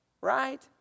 Right